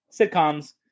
sitcoms